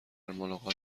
ملاقات